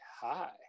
Hi